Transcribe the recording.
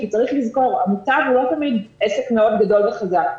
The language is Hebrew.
צריך לזכור, המוטב לא תמיד עסק מאוד גדול וחזק.